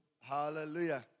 Hallelujah